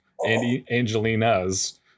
Angelinas